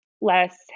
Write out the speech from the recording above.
less